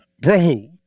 bro